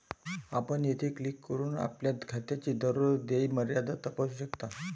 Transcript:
आपण येथे क्लिक करून आपल्या खात्याची दररोज देय मर्यादा तपासू शकता